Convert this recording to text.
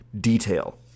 detail